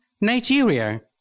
Nigeria